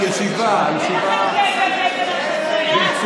הצעת חוק מס ערך מוסף (תיקון,